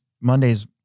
Monday's